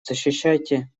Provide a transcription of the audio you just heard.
защищайте